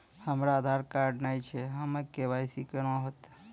हमरा आधार कार्ड नई छै हमर के.वाई.सी कोना हैत?